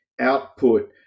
output